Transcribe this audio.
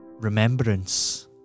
Remembrance